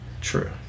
True